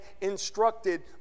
instructed